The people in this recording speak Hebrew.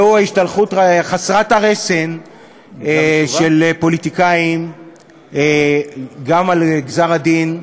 והיא ההשתלחות חסרת הרסן של פוליטיקאים גם על גזר-הדין,